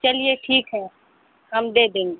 चलिए ठीक है हम दे देंगे